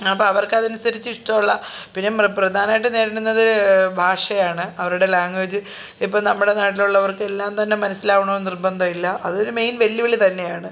അപ്പം അവർക്കതനുസരിച്ചിഷ്ടമുള്ള പിന്നെ പ്രധാനമായിട്ട് നേരിടുന്നത് ഭാഷയാണ് അവരുടെ ലാങ്വേജ് ഇപ്പം നമ്മുടെ നാട്ടിലുള്ളവർക്കെല്ലാം തന്നെ മനസ്സിലാകണമെന്നു നിർബന്ധമില്ല അതൊരു മെയിൻ വെല്ലുവിളി തന്നെയാണ്